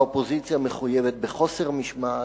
האופוזיציה מחויבת בחוסר משמעת,